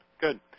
Good